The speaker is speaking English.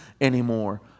anymore